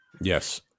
Yes